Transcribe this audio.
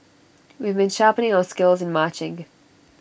we've been sharpening our skills in marching